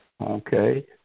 Okay